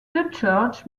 church